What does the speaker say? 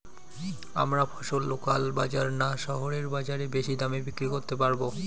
আমরা ফসল লোকাল বাজার না শহরের বাজারে বেশি দামে বিক্রি করতে পারবো?